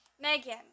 Megan